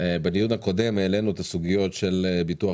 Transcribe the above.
בדיון הקודם העלינו את הסוגיות של ביטוח